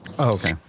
Okay